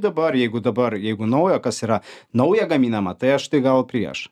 dabar jeigu dabar jeigu naujo kas yra nauja gaminama tai aš tai gal prieš